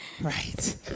Right